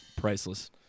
Priceless